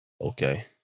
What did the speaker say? Okay